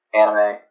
anime